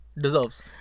deserves